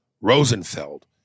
Rosenfeld